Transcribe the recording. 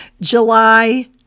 July